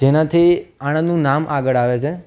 જેનાથી આણંદનું નામ આગળ આવે છે